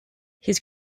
his